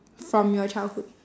from your childhood